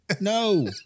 No